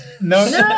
No